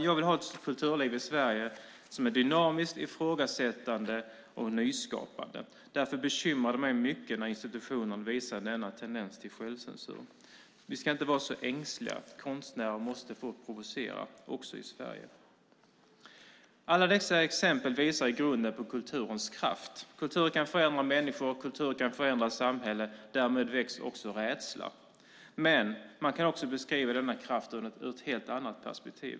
Jag vill ha ett kulturliv i Sverige som är dynamiskt, ifrågasättande och nyskapande. Därför bekymrar det mig mycket när institutioner visar denna tendens till självcensur. Vi ska inte vara så ängsliga. Konstnärer måste få provocera, också i Sverige. Alla dessa exempel visar i grunden på kulturens kraft. Kultur kan förändra människor och samhällen. Därmed väcks också rädsla. Men man kan också beskriva denna kraft ur ett annat perspektiv.